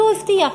והוא הבטיח,